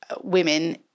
women